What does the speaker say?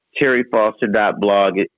TerryFoster.blog